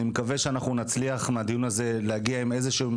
אני מקווה שאנחנו נצליח מהדיון הזה להגיע עם איזשהם,